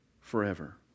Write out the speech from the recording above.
forever